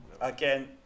Again